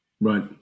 Right